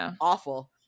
awful